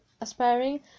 aspiring